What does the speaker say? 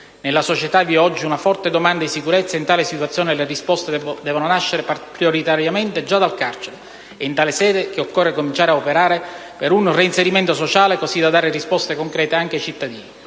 Nella società vi è oggi una forte domanda di sicurezza ed in tale situazione le risposte devono nascere prioritariamente già dal carcere. In tale sede occorre cominciare ad operare per un reinserimento sociale, così da dare risposte concrete anche ai cittadini.